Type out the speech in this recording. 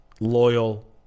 loyal